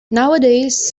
nowadays